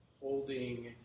holding